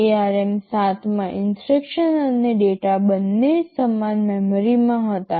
ARM 7 માં instruction અને data બંને સમાન મેમરીમાં હતા